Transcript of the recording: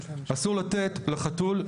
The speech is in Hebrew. אסור לתת לחתול,